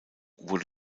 wurde